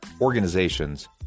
organizations